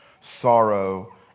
sorrow